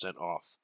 off